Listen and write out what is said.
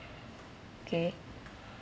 'K